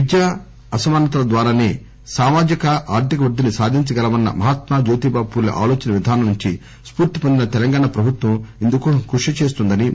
విద్య సమానతల ద్వారాసే సామాజిక ఆర్థిక వృద్దిని సాధించగలమన్న మహాత్మా జ్యోతిబాపూలే ఆలోచన విధానం నుంచి స్పూర్తి వొందిన తెలంగాణ ప్రభుత్వం ఇందుకోసం కృషి చేస్తోందని అన్నారు